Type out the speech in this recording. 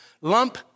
lump